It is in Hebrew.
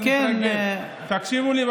אבל תקשיבו לי,